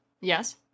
Yes